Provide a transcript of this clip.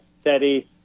steady